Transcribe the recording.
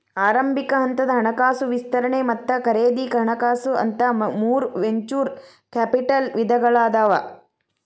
ಆರಂಭಿಕ ಹಂತದ ಹಣಕಾಸು ವಿಸ್ತರಣೆ ಮತ್ತ ಖರೇದಿ ಹಣಕಾಸು ಅಂತ ಮೂರ್ ವೆಂಚೂರ್ ಕ್ಯಾಪಿಟಲ್ ವಿಧಗಳಾದಾವ